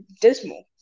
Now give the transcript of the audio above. dismal